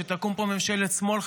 שתקום פה ממשלת שמאל,